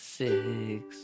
six